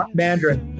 mandarin